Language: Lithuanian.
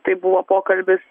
tai buvo pokalbis